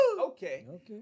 Okay